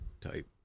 type